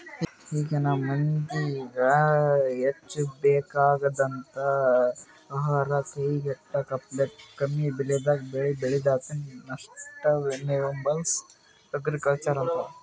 ಈಗಿನ್ ಮಂದಿಗ್ ಹೆಂಗ್ ಬೇಕಾಗಂಥದ್ ಆಹಾರ್ ಕೈಗೆಟಕಪ್ಲೆ ಕಮ್ಮಿಬೆಲೆಗ್ ಬೆಳಿ ಬೆಳ್ಯಾದಕ್ಕ ಸಷ್ಟನೇಬಲ್ ಅಗ್ರಿಕಲ್ಚರ್ ಅಂತರ್